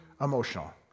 emotional